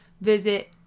Visit